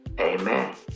Amen